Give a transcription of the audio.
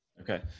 Okay